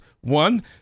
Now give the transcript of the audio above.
one